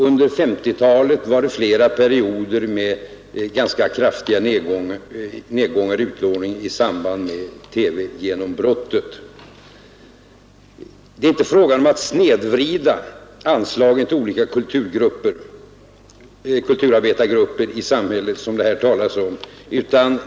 Under 1950-talet inträffade flera perioder med en nedgång i utlåningen i samband med TV-genombrottet. Det är inte fråga om att snedvrida anslagen till olika kulturarbetargrupper i samhället, som det har påståtts.